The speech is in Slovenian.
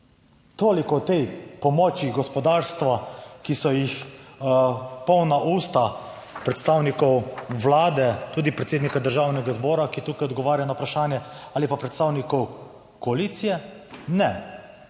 Toliko o tej pomoči gospodarstva, ki so jih polna usta predstavnikov Vlade, tudi predsednika Državnega zbora, ki tukaj odgovarja na vprašanje ali pa predstavnikov koalicije. Ne,